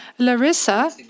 Larissa